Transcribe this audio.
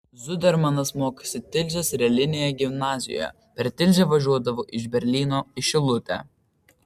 zudermanas mokėsi tilžės realinėje gimnazijoje per tilžę važiuodavo iš berlyno į šilutę